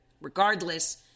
regardless